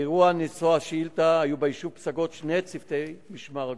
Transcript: באירוע נשוא השאילתא היו ביישוב פסגות שני צוותי משמר הגבול.